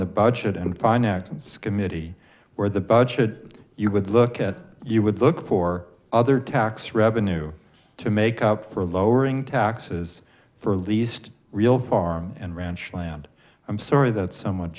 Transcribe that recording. the budget and find acts committee where the budget you would look at you would look for other tax revenue to make up for lowering taxes for least real farm and ranch land i'm sorry that's somewhat